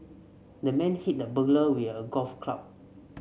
the man hit the burglar with a golf club